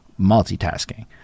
multitasking